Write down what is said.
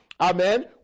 Amen